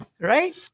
Right